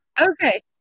Okay